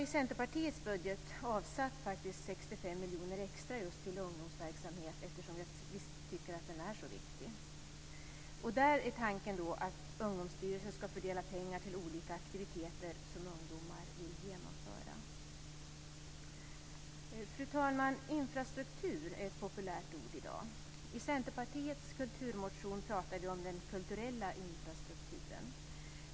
I Centerpartiets budget har vi avsatt 65 miljoner extra till just ungdomsverksamhet eftersom vi tycker att den är så viktig. Där är tanken att Ungdomsstyrelsen ska fördela pengar till olika aktiviteter som ungdomar vill genomföra. Fru talman! Infrastruktur är ett populärt ord i dag. I Centerpartiets kulturmotion talar vi om den kulturella infrastrukturen.